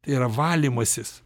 tai yra valymasis